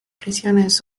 prisiones